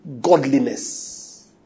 Godliness